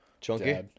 chunky